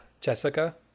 Jessica